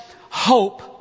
hope